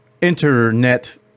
Internet